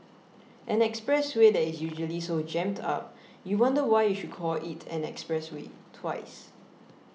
an expressway that is usually so jammed up you wonder why you should call it an expressway twice